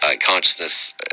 consciousness